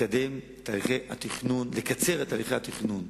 לקדם את הליכי התכנון, לקצר את הליכי התכנון.